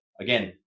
again